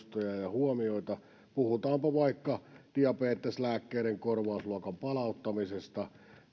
huomioita puhutaanpa vaikka diabeteslääkkeiden korvausluokan palauttamisesta